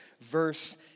verse